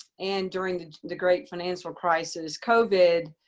and during the the great financial crisis, covid,